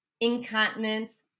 incontinence